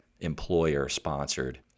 employer-sponsored